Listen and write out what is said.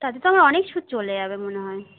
তাতে তো আমার অনেক সুদ চলে যাবে মনে হয়